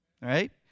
right